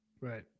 Right